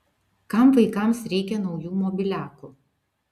kam vaikams reikia naujų mobiliakų